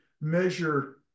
measure